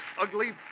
ugly